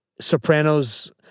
Sopranos